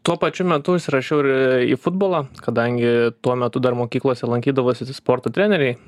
tuo pačiu metu užsirašiau ir į futbolą kadangi tuo metu dar mokyklose lankydavosi sporto treneriai